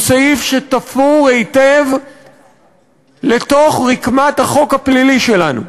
הוא סעיף שתפור היטב לתוך רקמת החוק הפלילי שלנו.